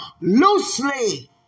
loosely